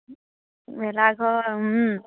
মেলা ঘৰ